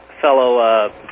fellow